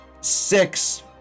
six